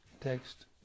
Text